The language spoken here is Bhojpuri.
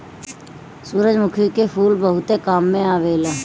सूरजमुखी के फूल बहुते काम में आवेला